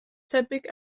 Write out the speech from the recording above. tebyg